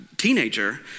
teenager